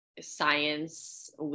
science